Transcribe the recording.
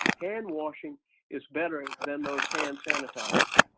hand-washing is better than those hand sanitizers.